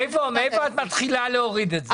מאיפה את מתחילה להוריד את זה?